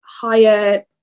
higher